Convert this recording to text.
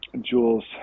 Jules